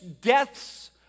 deaths